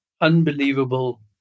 unbelievable